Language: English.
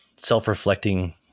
Self-reflecting